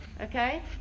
Okay